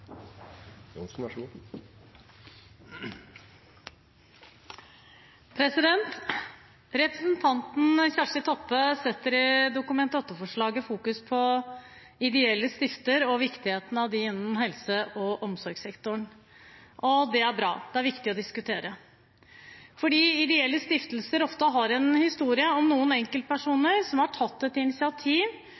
deltakelsen. Og så må regjeringa finne handlingsrom for å prioritere de ideelle aktørene foran kommersielle drivere. Representanten Kjersti Toppe setter i Dokument 8-forslaget fokus på ideelle stiftelser og viktigheten av dem innen helse- og omsorgssektoren. Det er bra. Det er viktig å diskutere. Ideelle stiftelser har ofte en historie om noen enkeltpersoner som har tatt